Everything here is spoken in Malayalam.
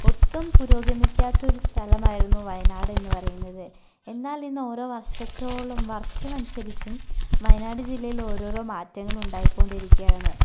ഒട്ടും പുരോഗമിക്കാത്ത ഒരു സ്ഥലമായിരുന്നു വയനാട് എന്നു പറയുന്നത് എന്നാൽ ഇന്ന് ഓരോ വർഷത്തോളം വർഷമനുസരിച്ചും വയനാട് ജില്ലയിൽ ഓരോരോ മാറ്റങ്ങൾ ഉണ്ടായിക്കൊണ്ടിരിക്കുകയാണ്